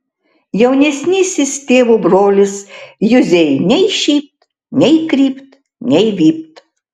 jaunesnysis tėvo brolis juzei nei šypt nei krypt nei vypt